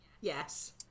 Yes